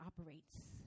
operates